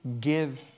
give